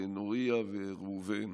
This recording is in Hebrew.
לנוריה וראובן,